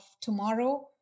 tomorrow